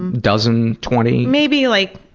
and dozen? twenty? maybe like